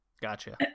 Gotcha